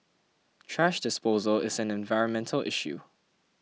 thrash disposal is an environmental issue